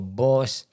boss